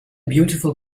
beautiful